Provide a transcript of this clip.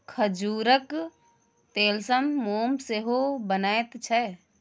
खजूरक तेलसँ मोम सेहो बनैत छै